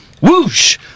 Whoosh